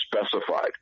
specified